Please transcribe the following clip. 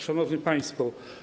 Szanowni Państwo!